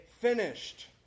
finished